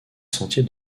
sentiers